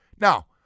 Now